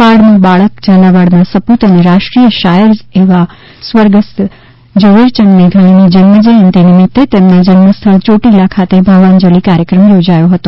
પહાડનું બાળક ઝાલાવાડના સપૂત અને રાષ્ટ્રીય શાયર એવા સ્વ ઝવેરચંદ મેઘાણીની જન્મ જયંતી નિમિત્તે તેમના જન્મસ્થળ ચોટીલા ખાતે ભાવાંજલિ કાર્યક્રમ યોજાયો હતો